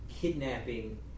Kidnapping